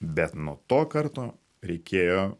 bet nuo to karto reikėjo